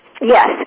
Yes